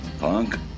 Punk